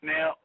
Now